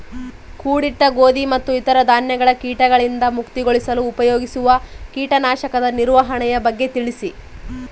ಕೂಡಿಟ್ಟ ಗೋಧಿ ಮತ್ತು ಇತರ ಧಾನ್ಯಗಳ ಕೇಟಗಳಿಂದ ಮುಕ್ತಿಗೊಳಿಸಲು ಉಪಯೋಗಿಸುವ ಕೇಟನಾಶಕದ ನಿರ್ವಹಣೆಯ ಬಗ್ಗೆ ತಿಳಿಸಿ?